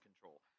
control